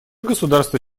государства